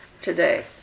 today